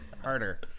Harder